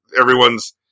everyone's